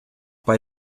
bei